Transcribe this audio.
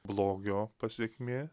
blogio pasekmė